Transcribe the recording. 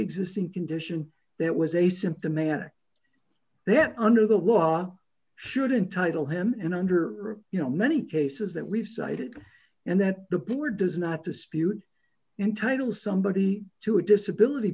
existing condition that was asymptomatic then under the law should entitle him and under you know many cases that we've cited and that the poor does not dispute entitle somebody to a disability